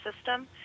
system